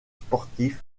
sportif